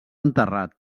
enterrat